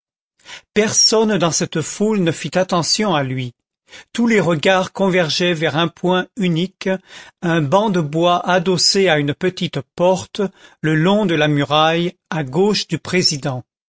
personne dans cette foule ne fit attention à lui tous les regards convergeaient vers un point unique un banc de bois adossé à une petite porte le long de la muraille à gauche du président